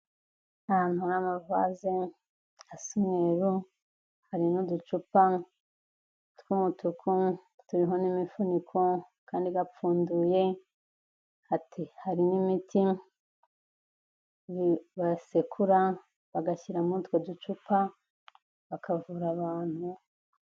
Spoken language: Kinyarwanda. Ahantu hari amavaze, asa umweru, hari n'uducupa tw'umutuku turiho n' imifuniko kandi gapfunduye hati, harimo imiti basekura bagashyira muri utwo ducupa bakavura abantu.